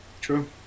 true